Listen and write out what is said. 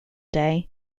day